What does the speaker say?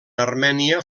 armènia